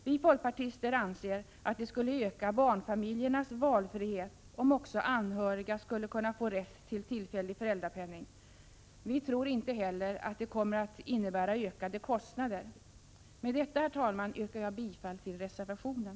Vi folkpartister anser att det skulle öka barnfamiljernas valfrihet om också anhöriga kunde få rätt till tillfällig föräldrapenning. Vi tror inte heller att det kommer att innebära ökade kostnader. Med detta, herr talman, yrkar jag bifall till reservationen.